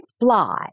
fly